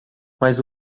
mas